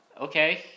Okay